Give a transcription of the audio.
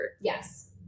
Yes